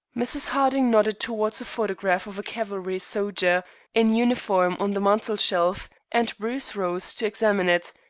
mrs. harding nodded towards a photograph of a cavalry soldier in uniform on the mantelshelf, and bruce rose to examine it,